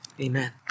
amen